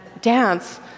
dance